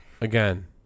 Again